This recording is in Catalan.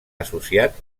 associat